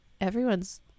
everyone's